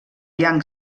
iang